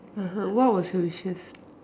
(uh huh) what was your wishes